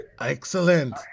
Excellent